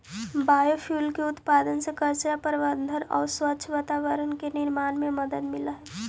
biofuel के उत्पादन से कचरा प्रबन्धन आउ स्वच्छ वातावरण के निर्माण में मदद मिलऽ हई